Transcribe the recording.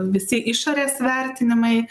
visi išorės vertinimai